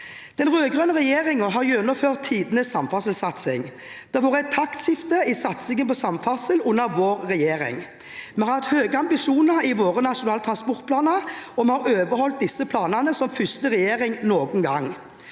Den rød-grønne regjeringen har gjennomført tidenes samferdselssatsing. Det har vært et taktskifte i satsingen på samferdsel under vår regjering. Vi har hatt høye ambisjoner i våre nasjonale transportplaner, og vi har overholdt disse planene som første regjering noen gang.